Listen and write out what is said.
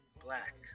black